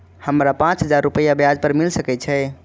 हमरा पाँच हजार रुपया ब्याज पर मिल सके छे?